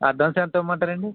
advance ఎంత ఇవ్వమంటారండి